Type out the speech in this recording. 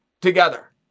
together